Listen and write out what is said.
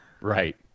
Right